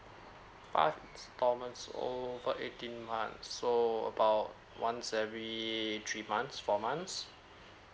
five instalments over eighteen months so about once every three months four months